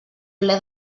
ple